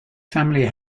family